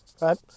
right